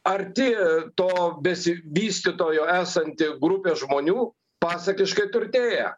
arti to besivystytojo esanti grupė žmonių pasakiškai turtėja